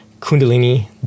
Kundalini